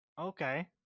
Okay